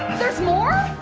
there's more?